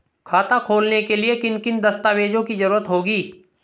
खाता खोलने के लिए किन किन दस्तावेजों की जरूरत होगी?